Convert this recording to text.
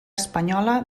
espanyola